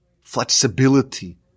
flexibility